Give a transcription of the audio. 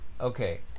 Okay